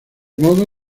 modo